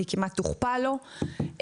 היא כמעט תוכפל לו,